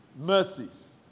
mercies